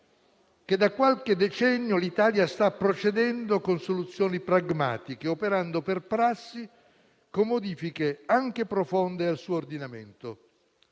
che da qualche decennio l'Italia sta procedendo con soluzioni pragmatiche, operando per prassi con modifiche, anche profonde, al suo ordinamento.